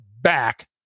back